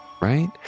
right